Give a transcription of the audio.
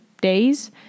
days